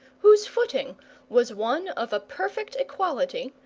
whose footing was one of a perfect equality,